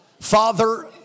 Father